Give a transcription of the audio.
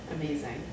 Amazing